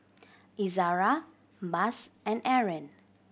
Izzara Mas and Aaron